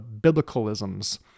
biblicalisms